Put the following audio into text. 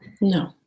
No